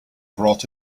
brought